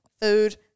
food